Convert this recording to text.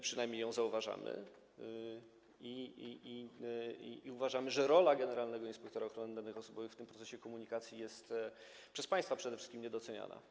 Przynajmniej my ją zauważamy i uważamy, że rola generalnego inspektora ochrony danych osobowych w tym procesie komunikacji jest przez państwa przede wszystkim niedoceniana.